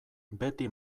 beti